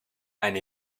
and